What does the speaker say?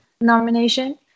nomination